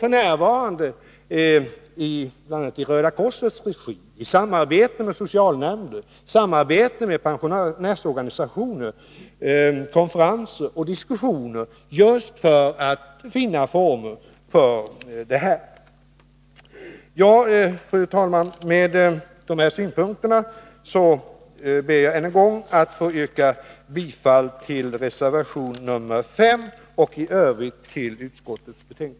Det pågår f. n., bl.a. i Röda korsets regi i samarbete med socialnämnder och pensionärsorganisationer, konferenser och diskussioner just för att finna former för sådan gemenskap. Fru talman! Med dessa synpunkter ber jag än en gång att få yrka bifall till reservation nr 5 och i övrigt till utskottets hemställan.